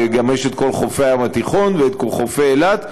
וגם יש את כל חופי הים התיכון ואת חופי אילת,